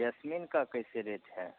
Jasmine का कैसे rate है